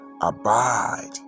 abide